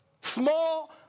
Small